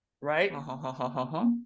right